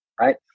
right